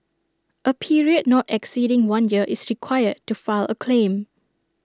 A period not exceeding one year is required to file A claim